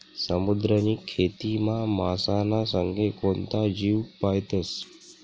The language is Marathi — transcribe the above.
समुद्रनी खेतीमा मासाना संगे कोणता जीव पायतस?